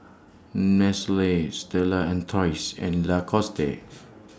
Nestle Stella Artois and Lacoste